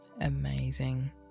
Amazing